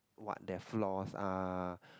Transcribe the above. what their flaws are